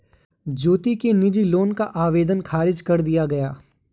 ज्योति के निजी लोन का आवेदन ख़ारिज कर दिया गया